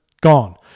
Gone